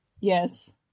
Yes